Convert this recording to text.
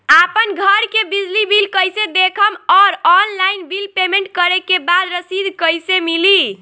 आपन घर के बिजली बिल कईसे देखम् और ऑनलाइन बिल पेमेंट करे के बाद रसीद कईसे मिली?